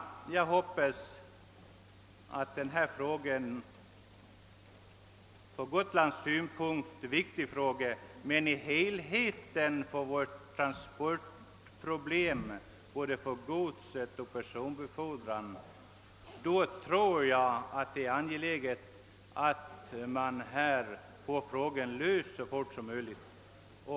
Transportproblemen är en viktig fråga för Gotlands del, både beträffande godsoch personbefordran, och det är angeläget att problemen löses så fort som möjligt.